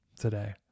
today